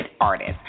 artist